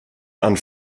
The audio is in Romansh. han